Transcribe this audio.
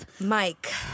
Mike